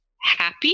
happy